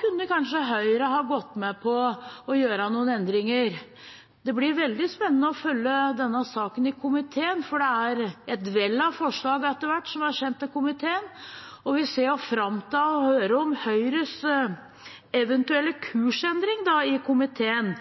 kunne kanskje Høyre ha gått med på å gjøre noen endringer. Det blir veldig spennende å følge denne saken i komiteen, for det er et vell av forslag som er sendt dit. Vi ser fram til å høre om Høyres eventuelle kursendring i komiteen,